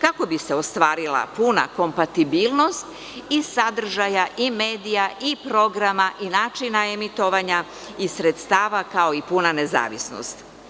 kako bi se ostvarila puna kompatibilnost i sadržaja, i medija, i programa, i načina emitovanja, i sredstava, kao i puna nezavisnost.